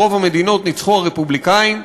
ברוב המדינות ניצחו הרפובליקנים,